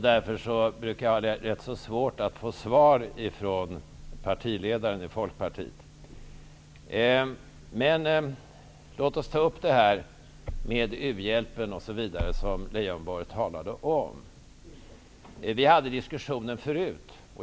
Därför brukar jag ha rätt svårt att få svar från partiledaren i Folkpartiet. Låt oss ta upp den fråga om u-hjälpen som Lars Leijonborg talade om. Vi förde den diskussionen förut.